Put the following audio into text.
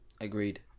agreed